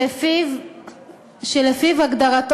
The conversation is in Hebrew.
שלפי הגדרתו,